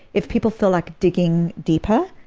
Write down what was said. if people feel like digging deeper,